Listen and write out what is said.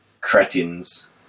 cretins